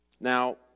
Now